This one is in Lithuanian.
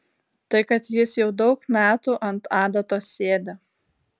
tai kad jis jau daug metų ant adatos sėdi